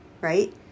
right